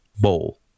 bowl